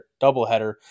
doubleheader